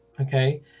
Okay